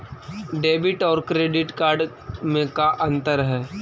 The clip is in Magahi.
डेबिट और क्रेडिट कार्ड में का अंतर है?